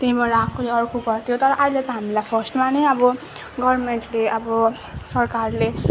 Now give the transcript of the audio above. त्यहीँबाट आएकोले अर्को गर्थ्यो तर अहिले त हामीलाई फर्स्टमा नै अब गर्मेन्टले अब सरकारले